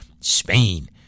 Spain